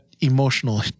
emotional